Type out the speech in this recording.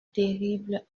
terrible